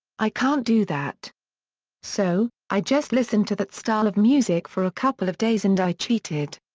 i can't do that so, i just listened to that style of music for a couple of days and i cheated!